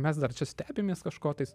mes dar čia stebimės kažko tais